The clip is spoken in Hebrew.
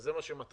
וזה מה שמטריד.